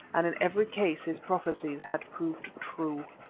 and in every case his prophecies had proved true.